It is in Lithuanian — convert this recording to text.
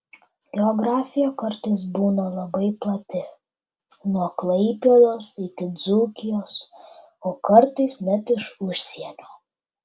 geografija kartais būna labai plati nuo klaipėdos iki dzūkijos o kartais net iš užsienio